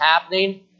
happening